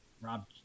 rob